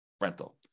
rental